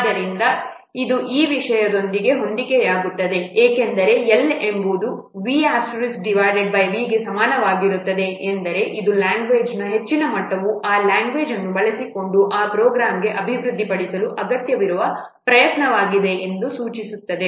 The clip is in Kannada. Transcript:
ಆದ್ದರಿಂದ ಇದು ಈ ವಿಷಯದೊಂದಿಗೆ ಹೊಂದಿಕೆಯಾಗುತ್ತದೆ ಏಕೆಂದರೆ L ಎಂಬುದು V V ಗೆ ಸಮನಾಗಿರುತ್ತದೆ ಎಂದರೆ ಅದು ಲ್ಯಾಂಗ್ವೇಜ್ನ ಹೆಚ್ಚಿನ ಮಟ್ಟವು ಆ ಲ್ಯಾಂಗ್ವೇಜ್ ಅನ್ನು ಬಳಸಿಕೊಂಡು ಆ ಪ್ರೋಗ್ರಾಂಗೆ ಅಭಿವೃದ್ಧಿಪಡಿಸಲು ಅಗತ್ಯವಿರುವ ಪ್ರಯತ್ನವಾಗಿದೆ ಎಂದು ಸೂಚಿಸುತ್ತದೆ